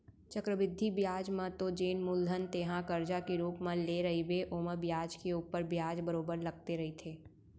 चक्रबृद्धि बियाज म तो जेन मूलधन तेंहा करजा के रुप म लेय रहिबे ओमा बियाज के ऊपर बियाज बरोबर लगते रहिथे